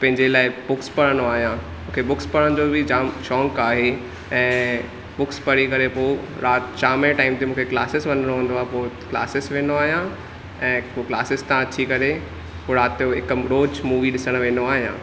पंहिंजे लाइ बुक्स पढ़ंदो आहियां मूंखे बुक्स पढ़नि जो बि जाम शौक़ु आहे ऐं बुक्स पढ़े करे पोइ राति शाम ऐं टाइम ते मूंखे क्लासिस वञिणो हूंदो आहे पोइ क्लासिस वेंदो आहियां ऐं पोइ क्लासिस तव्हां अची करे पोइ राति जो हिकु रोज़ु मूवी ॾिसण वेंदो आहियां